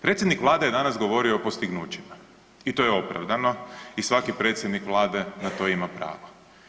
Predsjednik vlade je danas govorio o postignućima i to je opravdano i svaki predsjednik vlade na to ima pravo.